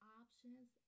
options